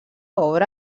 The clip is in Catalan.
obra